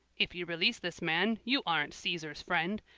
if you release this man, you aren't caesar's friend!